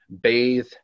bathe